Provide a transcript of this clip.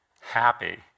Happy